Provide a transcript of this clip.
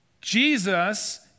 Jesus